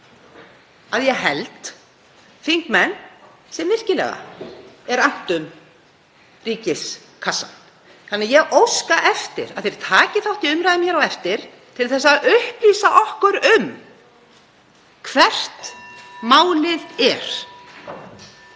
að ég held, þingmenn sem virkilega er annt um ríkiskassann. Þannig að ég óska eftir að þeir taki þátt í umræðum hér á eftir til að upplýsa okkur um hvert málið er.